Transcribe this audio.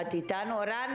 אני דורית בירן דקלבאום, אני